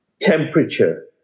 Temperature